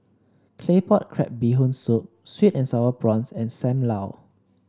Claypot Crab Bee Hoon Soup sweet and sour prawns and Sam Lau